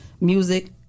music